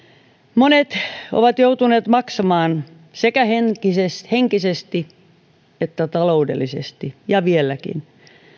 monet ovat joutuneet maksamaan sekä henkisesti että taloudellisesti ja vieläkin